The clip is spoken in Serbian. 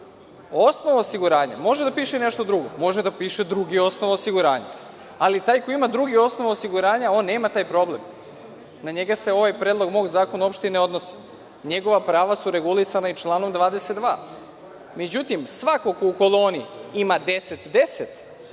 osiguranja može da piše i nešto drugo. Može da piše drugi osnov osiguranja, ali taj koji ima drugi osnov osiguranja on nema taj problem, na njega se ovaj predlog mog zakona uopšte i ne odnosi. Njegova prava su regulisana i članom 22.Međutim, svako ko u koloni ima 10